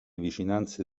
vicinanze